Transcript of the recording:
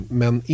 men